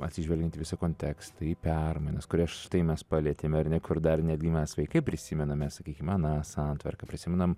atsižvelgiant į visą kontekstą į permainas kurias štai mes palietėme ar ne kur dar netgi mes vaikai prisimename sakykim aną santvarką prisimenam